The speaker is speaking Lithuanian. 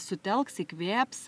sutelks įkvėps